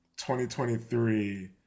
2023